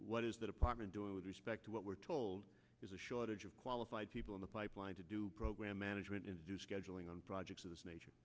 what is that apartment door with respect to what we're told is a shortage of qualified people in the pipeline to do program management and do scheduling on projects of this nature